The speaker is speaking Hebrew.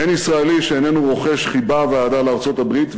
אין ישראלי שאיננו רוחש חיבה ואהדה לארצות-הברית,